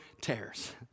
tears